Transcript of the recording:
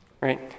right